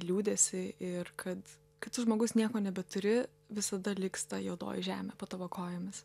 liūdesį ir kad kai tu žmogus nieko nebeturi visada liks ta juodoji žemė po tavo kojomis